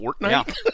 Fortnite